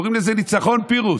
קוראים לזה ניצחון פירוס.